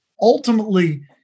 Ultimately